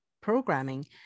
programming